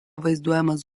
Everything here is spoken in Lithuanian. vaizduojamas